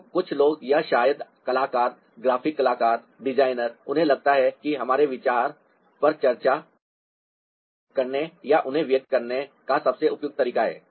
तो कुछ लोग या शायद कलाकार ग्राफिक कलाकार डिजाइनर उन्हें लगता है कि हमारे विचारों पर चर्चा करने या उन्हें व्यक्त करने का सबसे उपयुक्त तरीका है